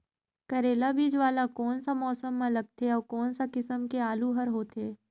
करेला बीजा वाला कोन सा मौसम म लगथे अउ कोन सा किसम के आलू हर होथे?